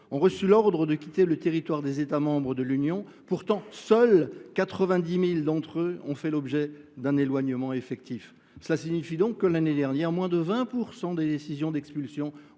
ont reçu l’ordre de quitter le territoire des États membres de l’Union européenne. Pourtant, seuls 90 000 d’entre eux ont fait l’objet d’un éloignement effectif. Cela signifie donc que, l’année dernière, moins de 20 % des décisions d’expulsion